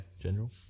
general